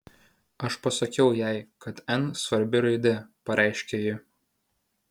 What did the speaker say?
aš pasakiau jai kad n svarbi raidė pareiškė ji